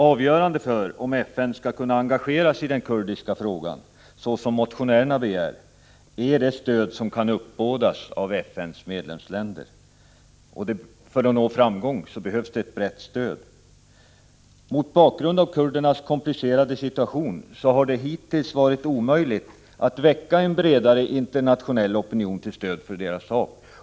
Avgörande för om FN skall kunna engagera sig i den kurdiska frågan, såsom motionärerna begär, är det stöd som kan uppbådas i FN:s medlemsländer. För att nå framgång behövs det ett brett stöd. Mot bakgrund av kurdernas komplicerade situation har det hittills varit omöjligt att väcka en bredare internationell opinion till stöd för deras sak.